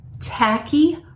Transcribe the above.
tacky